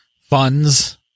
funds